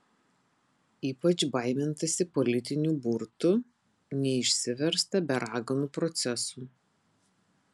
ypač baimintasi politinių burtų neišsiversta be raganų procesų